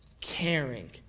caring